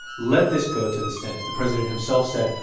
let this go to the senate. the president himself said,